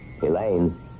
Elaine